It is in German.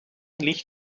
liegt